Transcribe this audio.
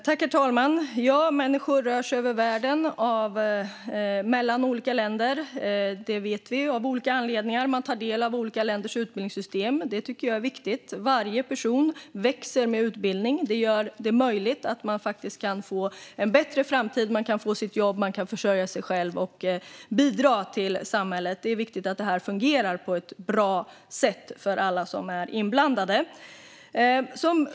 Herr talman! Ja, vi vet att människor rör sig över världen, mellan olika länder och av olika anledningar. Man tar del av olika länders utbildningssystem; det tycker jag är viktigt. Varje person växer med utbildning. Det gör det möjligt att få en bättre framtid - att få jobb, försörja sig själv och bidra till samhället. Det är viktigt att detta fungerar på ett bra sätt för alla inblandade.